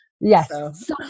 Yes